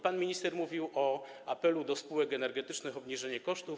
Pan minister mówił o apelu do spółek energetycznych o obniżenie kosztów.